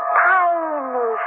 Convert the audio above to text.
tiny